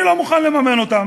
אני לא מוכן לממן אותם,